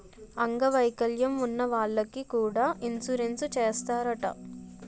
అంగ వైకల్యం ఉన్న వాళ్లకి కూడా ఇన్సురెన్సు చేస్తారట